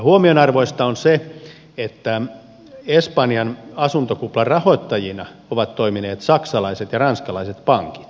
huomionarvoista on se että espanjan asuntokuplan rahoittajina ovat toimineet saksalaiset ja ranskalaiset pankit